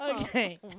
Okay